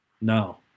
No